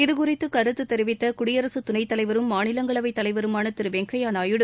இது குறித்து கருத்து தெரிவித்த குடியரசுத் துணைத் தலைவரும் மாநிலங்களவைத் தலைவருமான திரு வெங்கையா நாயுடு